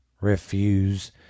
refuse